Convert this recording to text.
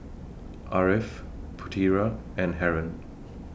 Ariff Putera and Haron